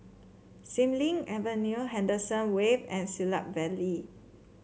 Xilin Avenue Henderson Wave and Siglap Valley